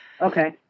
Okay